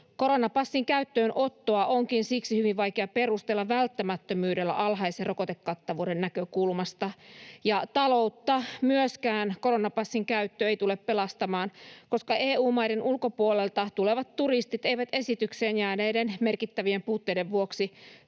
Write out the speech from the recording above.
Koronapassin käyttöönottoa onkin siksi hyvin vaikea perustella välttämättömyydellä alhaisen rokotekattavuuden näkökulmasta. Myöskään taloutta koronapassin käyttö ei tule pelastamaan, koska EU-maiden ulkopuolelta tulevat turistit eivät esitykseen jääneiden merkittävien puutteiden vuoksi